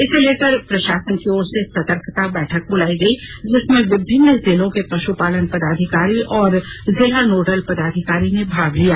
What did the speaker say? इसे लेकर प्रशासन की ओर से सर्तकता बैठक ब्लायी गयी जिसमें विभिन्न जिलों के पशुपालन पदाधिकारी और जिला नोडल पदाधिकारियों ने भाग लिया